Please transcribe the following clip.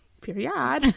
period